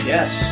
Yes